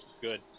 Good